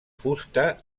fusta